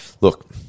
Look